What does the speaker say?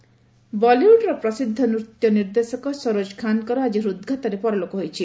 ପରଲୋକ ବଲିଉଡ୍ର ପ୍ରସିଦ୍ଧ ନୂତ୍ୟ ନିର୍ଦ୍ଦେଶକ ସରୋଜ ଖାନ୍ଙ୍କର ଆଜି ହୃଦ୍ଘାତରେ ପରଲୋକ ହୋଇଛି